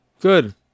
Good